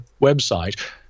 website